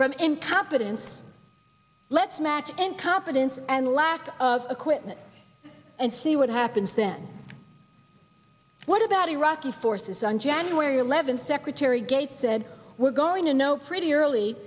from incompetence let's match incompetence and lack of equipment and see what happens then what about iraqi forces on january eleventh secretary gates said we're going to know pretty early